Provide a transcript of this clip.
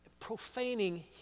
profaning